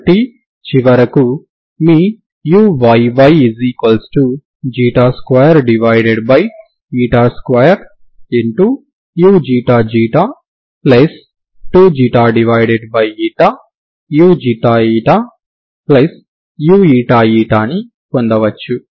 కాబట్టి చివరకు మీ uyy22uξξ2ξuuηη ని పొందవచ్చు